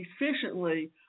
efficiently